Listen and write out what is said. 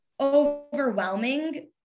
overwhelming